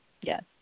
Yes